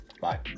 Bye